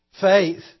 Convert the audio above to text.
faith